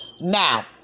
Now